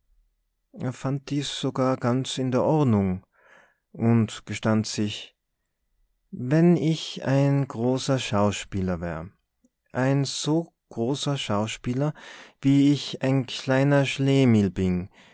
er fand dies sogar ganz in der ordnung und gestand sich wenn ich ein großer schauspieler wär ein so großer schauspieler wie ich ein kleiner schlemihl bin